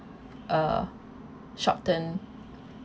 uh short term